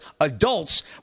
adults